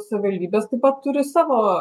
savivaldybės taip pat turi savo